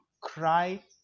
cry